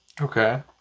Okay